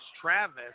Travis